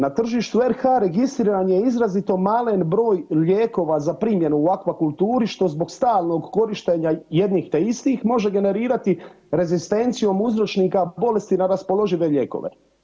Na tržištu RH registriran je izrazito malen broj lijekova za primjenu u aquakulturi što zbog stalnog korištenja jednih te istih može generirati rezistencijom uzročnika bolesti na raspoložive lijekove.